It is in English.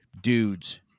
dudes